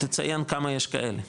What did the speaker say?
תציין כמה יש כאלה.